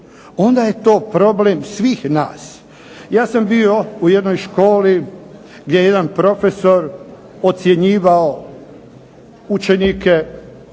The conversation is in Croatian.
onda je to problem svih nas. Ja sam bio u jednoj školi gdje je jedan profesor ocjenjivao učenike i